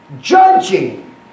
Judging